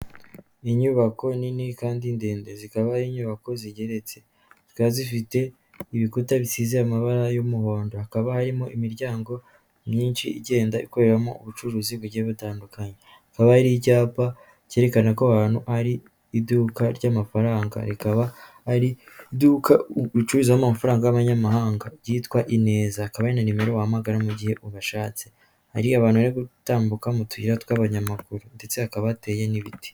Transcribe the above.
Ni inyubako nini kandi ndende, zikaba ari inyubako zigeretse, zikaba zifite ibikuta bisize amabara y'umuhondo, hakaba harimo imiryango myinshi igenda ikoreramo ubucuruzi bugiye butandukanye, hakaba hari icyapa cyerekana ko aho hantu ari iduka ry'amafaranga, rikaba ari iduka ricururizwamo amafaranga y'abanyamahanga ryitwa Ineza, hakaba hari na nimero wahamagara mu gihe ubashatse, hari abantu yo gutambuka mu tuyira tw'abanyamaguru ndetse hakaba hateye n'ibiti.